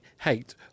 hate